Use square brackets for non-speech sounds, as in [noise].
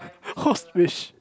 [laughs] horse fish